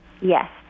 Yes